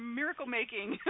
miracle-making